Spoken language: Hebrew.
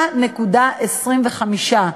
ל-3.25%,